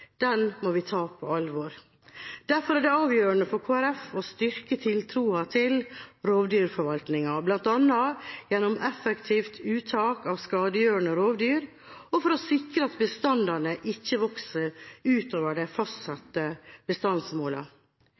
Den må vi ta på alvor. Derfor er det avgjørende for Kristelig Folkeparti å styrke tiltroa til rovdyrforvaltninga, bl.a. gjennom effektivt uttak av skadegjørende rovdyr og ved å sikre at bestandene ikke vokser utover de fastsatte bestandsmålene. Det er utfordringa at de fastsatte